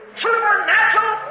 supernatural